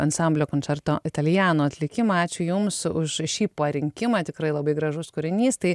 ansamblio končerto italijano atlikimą ačiū jums už šį parinkimą tikrai labai gražus kūrinys tai